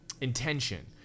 intention